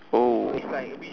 oh